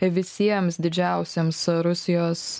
visiems didžiausiems rusijos